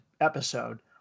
episode